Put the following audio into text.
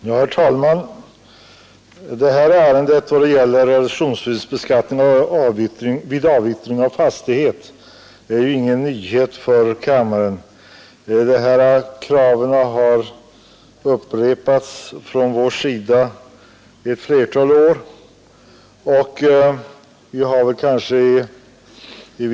Herr talman! Frågan om uppskov med realisationsvinstbeskattning vid avyttring av fastighet är ingen nyhet för kammaren. Ifrågavarande krav har upprepats från vårt håll ett flertal år i något skiftande klämmar.